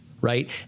right